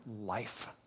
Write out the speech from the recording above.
life